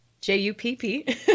J-U-P-P